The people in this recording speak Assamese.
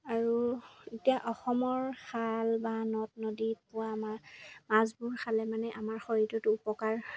আৰু এতিয়া অসমৰ খাল বা নদ নদীত পোৱা আমাৰ মাছবোৰ খালে মানে আমাৰ শৰীৰটোত উপকাৰ